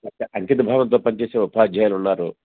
అంకిత భావంతో పనిచేసే ఉపాధ్యాయాలు ఉన్నారు